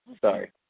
Sorry